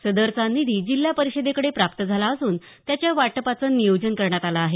सदरचा निधी जिल्हा परिषदेकडे प्राप्त झाला असून त्याच्या वाटपाचं नियोजन करण्यात आलं आहे